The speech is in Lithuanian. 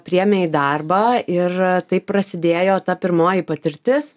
priėmė į darbą ir taip prasidėjo ta pirmoji patirtis